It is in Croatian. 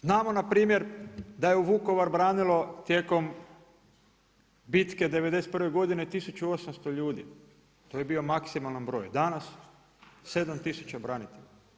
Znamo npr. da je Vukovar branilo tijekom bitke '91. godine 1800 ljudi, to je bio maksimalan broj, danas 7 tisuća branitelja.